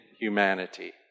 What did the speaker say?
humanity